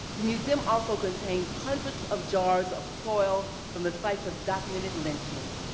the museum also contains hundreds of jars of soil from the sites of documented lynchings,